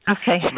Okay